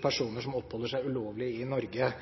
personer som oppholder seg ulovlig i Norge.